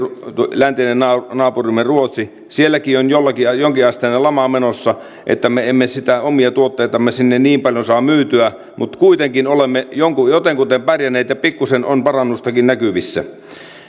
läntinen naapurimme ruotsi on myös jonkinasteinen lama menossa että me emme omia tuotteitamme sinne niin paljon saa myytyä mutta kuitenkin olemme jotenkuten pärjänneet ja pikkuisen on parannustakin näkyvissä